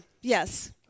yes